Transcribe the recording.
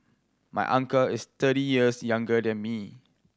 my uncle is thirty years younger than me